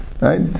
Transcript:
right